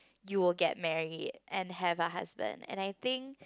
you'll get married and have a husband and I think